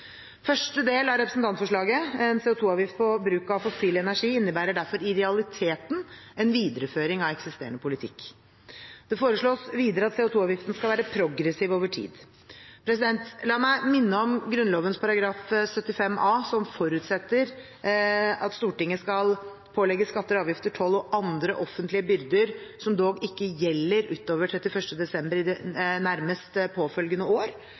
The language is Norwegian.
Første del av representantforslaget, en CO 2 -avgift på bruk av fossil energi, innebærer i realiteten en videreføring av eksisterende politikk. Det foreslås videre at CO 2 -avgiften skal være progressiv over tid. La meg minne om Grunnloven § 75 a som forutsetter at Stortinget skal «pålegge skatter, avgifter, toll og andre offentlige byrder, som dog ikke gjelder ut over 31. desember i det nærmest påfølgende år,